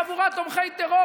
חבורת תומכי טרור,